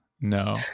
No